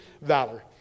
valor